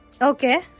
Okay